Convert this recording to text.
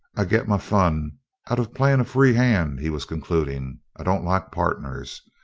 i get my fun out of playing a free hand, he was concluding. i don't like partners.